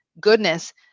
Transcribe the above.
goodness